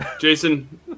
Jason